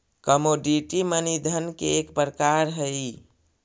commodity money धन के एक प्रकार हई